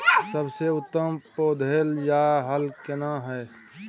सबसे उत्तम पलौघ या हल केना हय?